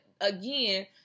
again